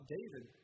David